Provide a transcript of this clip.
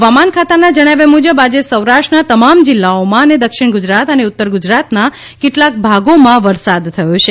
હવામાન ખાતાના જણાવ્યા મુજબ આજે સૌરાષ્ટ્રના તમામ જિલ્લાઓમાં અને દક્ષિણ ગુજરાત અને ઉત્તર ગુજરાતના કેટલાંક ભાગોમાં વરસાદ થયો છે